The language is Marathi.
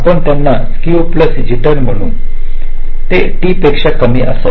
आपण त्यांना स्क्क्यू प्लस जिटर म्हणू ते t पेक्षा कमी असावेत